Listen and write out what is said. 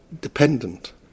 dependent